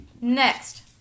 next